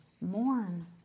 mourn